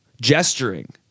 gesturing